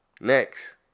Next